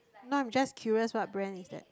no I'm just curious what brand is that